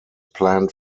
planned